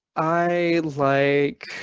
i like